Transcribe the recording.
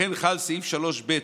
לכן חל סעיף 3ב,